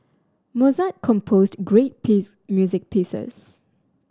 Mozart composed great music pieces